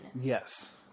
yes